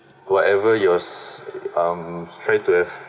whatever yours um try to have